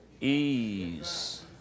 ease